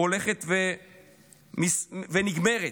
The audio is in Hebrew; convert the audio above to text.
הולכת ונגמרת.